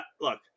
look